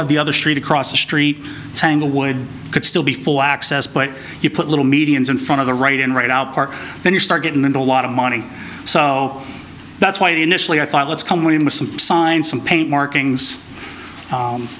have the other street across the street tanglewood could still be full access but you put little medians in front of the right and right out part then you start getting into a lot of money so that's why initially i thought let's come with some sign some paint markings